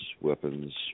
weapons